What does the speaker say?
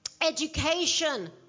education